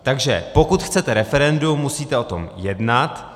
Takže pokud chcete referendum, musíte o tom jednat.